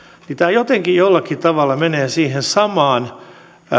tämä jotenkin jollakin tavalla menee siihen samaan